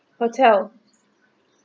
hotel